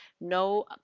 No